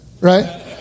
right